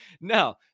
Now